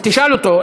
תשאל אותו.